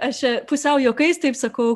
aš pusiau juokais taip sakau